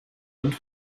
und